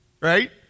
Right